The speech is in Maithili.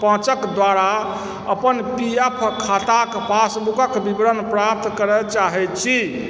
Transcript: पाँचक द्वारा अपन पी एफ खाताक पासबुकक विवरण प्राप्त करय चाहै छी